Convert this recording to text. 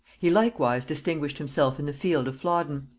he likewise distinguished himself in the field of flodden.